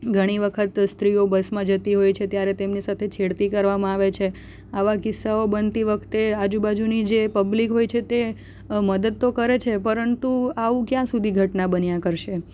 ઘણી વખત સ્ત્રીઓ બસમાં જતી હોય છે ત્યારે તેમની સાથે છેડતી કરવામાં આવે છે આવા કિસ્સાઓ બનતી વખતે આજુબાજુની જે પબ્લિક હોય છે તે મદદ તો કરે છે પરંતુ આવું ક્યાં સુધી ઘટના બન્યા કરશે